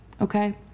okay